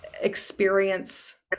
experience